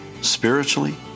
spiritually